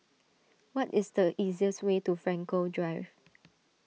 what is the easiest way to Frankel Drive